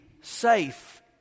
safe